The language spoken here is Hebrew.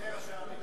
סגני ראשי ערים.